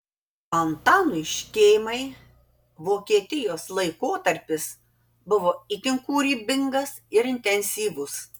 antanui škėmai vokietijos laikotarpis buvo itin kūrybingas ir intensyvus